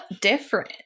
different